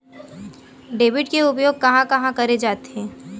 Debit के उपयोग कहां कहा करे जाथे?